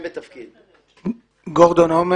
עומר גורדון,